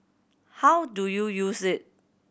how do you use it